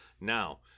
Now